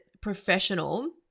professional